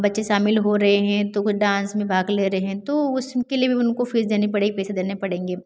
बच्चे शामिल हो रहे हैं तो कोई डांस में भाग ले रहे हैं तो उसके लिए भी उनको फ़ीस देनी पड़ेगी पैसे देने पड़ेंगे